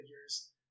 figures